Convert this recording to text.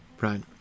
right